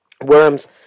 worms